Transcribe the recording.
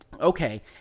okay